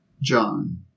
John